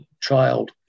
child